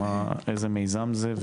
איזה מיזם זה?